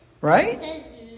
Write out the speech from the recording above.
Right